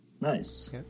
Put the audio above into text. Nice